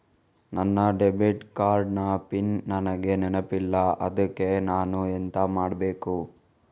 ನನ್ನ debit card ನ PIN ನನಗೆ ನೆನಪಿಲ್ಲ ಅದ್ಕೆ ನಾನು ಎಂತ ಮಾಡಬೇಕು?